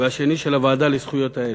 והשני של הוועדה לזכויות הילד.